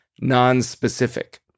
non-specific